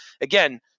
Again